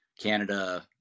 Canada